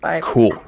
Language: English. Cool